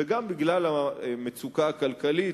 וגם בגלל המצוקה הכלכלית.